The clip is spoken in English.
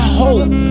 hope